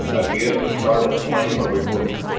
again the scarlet flame of a wound,